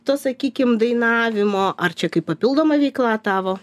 to sakykime dainavimo ar čia kaip papildoma veikla tavo